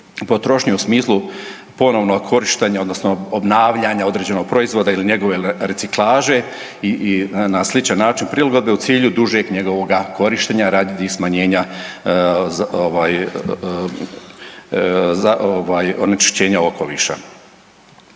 potrošnje u smislu ponovnog korištenja odnosno obnavljanja određenog proizvoda ili njegove reciklaže i na sličan način prilagodbe u cilju dužeg njegovoga korištenja radi smanjenja onečišćenja okoliša.